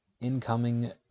incoming